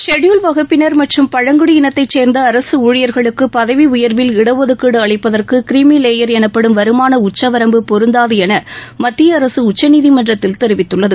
scheduled வகுப்பினர் மற்றும் பழங்குடி இனத்தைச் சேர்ந்த அரசு ஊழியர்களுக்கு பதவி உயர்வில் இடஒதுக்கீடு அளிப்பதற்கு கிரிமிலேயர் எனப்படும் வருமான உச்சவரம்பு பொருந்தாது என மத்திய அரசு உச்சநீதிமன்றத்தில் தெரிவித்துள்ளது